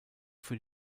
für